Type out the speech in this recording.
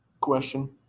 question